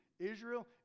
Israel